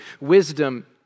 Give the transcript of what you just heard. wisdom